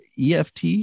EFT